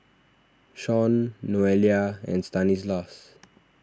Shaun Noelia and Stanislaus